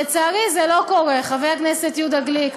לצערי, זה לא קורה, חבר הכנסת יהודה גליק,